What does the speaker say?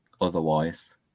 otherwise